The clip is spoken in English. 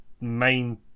main